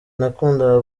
nakundaga